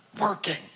working